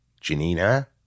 Janina